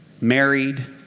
married